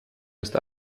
ist